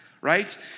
right